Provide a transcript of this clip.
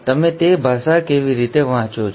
તમે તે ભાષા કેવી રીતે વાંચો છો